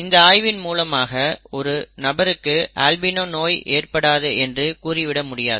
இந்த ஆய்வின் மூலமாக ஒரு நபருக்கு அல்பிணோ நோய் ஏற்படாது என்று கூறிவிட முடியாது